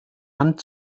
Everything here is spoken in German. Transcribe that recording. hand